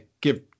give